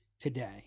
today